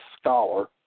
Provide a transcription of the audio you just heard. scholar